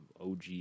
OG